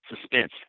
suspense